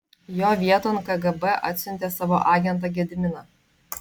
jo vieton kgb atsiuntė savo agentą gediminą